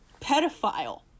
pedophile